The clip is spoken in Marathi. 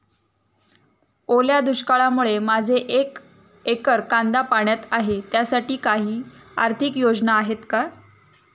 ओल्या दुष्काळामुळे माझे एक एकर कांदा पाण्यात आहे त्यासाठी काही आर्थिक योजना आहेत का?